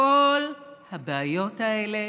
כל הבעיות האלה